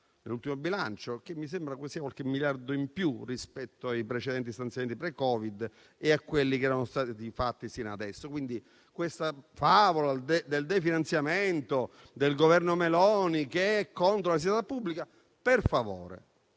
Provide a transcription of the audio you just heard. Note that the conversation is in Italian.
nell'ultimo bilancio, che mi sembra siano qualche miliardo in più rispetto ai precedenti stanziamenti pre-Covid e a quelli che erano stati fatti sino ad ora). Quindi, la favola del definanziamento del Governo Meloni che è contro la sanità pubblica, per favore,